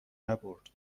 نبرد